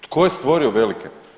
Tko je stvorio velike?